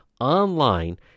online